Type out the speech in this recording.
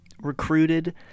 recruited